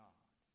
God